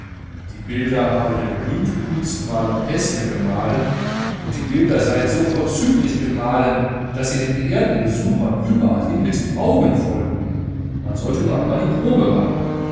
die bilder habe der berühmte kunstmaler pesne gemalen und die bilder seien so vorzüglich gemalen daß sie den geehrten besuchern überallhin mit den augen folgten man solle nur einmal die probe machen